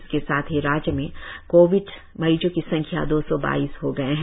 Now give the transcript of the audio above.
इसके साथ ही राज्य में कोविड मरीजो की संख्या दो सौ बाइस हो गए है